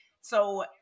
So-